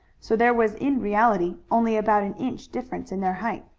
so there was in reality only about an inch difference in their height.